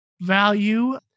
value